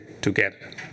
together